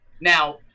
Now